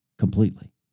Completely